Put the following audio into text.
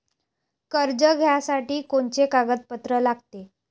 कर्ज घ्यासाठी कोनचे कागदपत्र लागते?